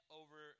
over